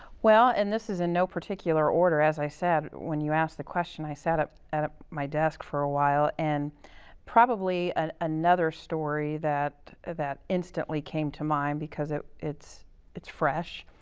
well, and this is in no particular order. as i said, when you asked the question, i sat at and ah my desk for a while. and probably ah another story that that instantly came to mind, because it's it's fresh,